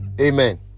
amen